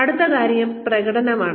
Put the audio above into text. അടുത്ത കാര്യം പ്രകടനമാണ്